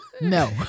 no